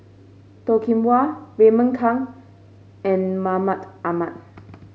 Toh Kim Hwa Raymond Kang and Mahmud Ahmad